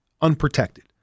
unprotected